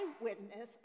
eyewitness